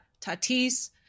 Tatis